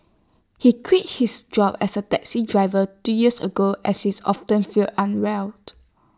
he quit his job as A taxi driver two years ago as she's often felt unwell